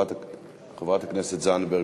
חברת הכנסת זנדברג,